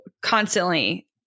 constantly